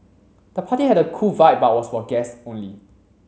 the party had a cool vibe but was for guests only